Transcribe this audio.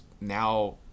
now